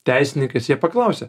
teisinykais jie paklausia